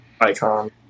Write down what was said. icon